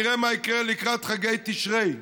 נראה מה יקרה לקראת חגי תשרי.